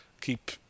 keep